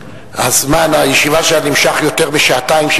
זמן הישיבה שלה נמשך יותר משעתיים,